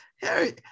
Harry